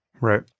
Right